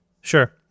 Sure